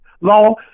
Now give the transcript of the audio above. Law